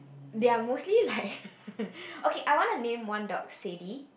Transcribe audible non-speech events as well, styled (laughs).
they're mostly like (laughs) okay I want to name one dog Sadie